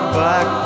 back